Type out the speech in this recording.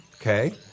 Okay